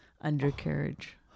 undercarriage